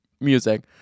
music